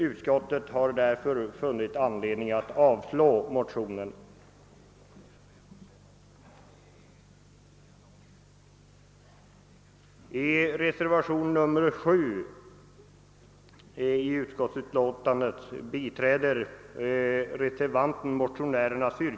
Utskottet har därför funnit anledning att avstyrka motionen.